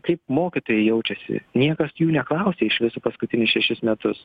kaip mokytojai jaučiasi niekas jų neklausė iš viso paskutinius šešis metus